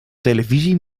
televisie